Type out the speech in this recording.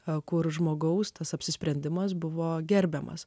o kur žmogaus tas apsisprendimas buvo gerbiamas